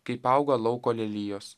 kaip auga lauko lelijos